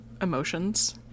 emotions